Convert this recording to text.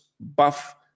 buff